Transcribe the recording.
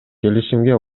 келишимге